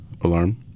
alarm